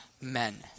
men